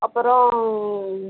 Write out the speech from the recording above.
அப்புறம்